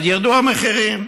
אז ירדו המחירים,